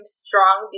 strong